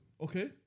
Okay